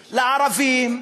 לערבים,